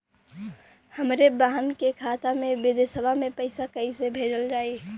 हमरे बहन के खाता मे विदेशवा मे पैसा कई से भेजल जाई?